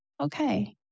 okay